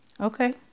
okay